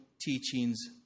teachings